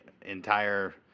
entire